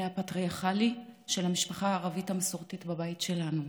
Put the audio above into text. הפטריארכלי של המשפחה הערבית המסורתית בבית שלנו.